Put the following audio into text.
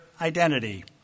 identity